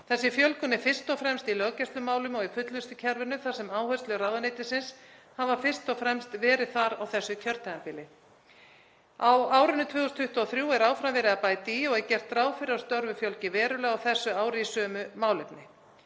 Þessi fjölgun er fyrst og fremst í löggæslumálum og í fullnustukerfinu þar sem áherslur ráðuneytisins hafa fyrst og fremst verið þar á þessu kjörtímabili. Á árinu 2023 er áfram verið að bæta í og er gert ráð fyrir að störfum fjölgi verulega á þessu ári í sömu málefni.